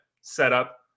setup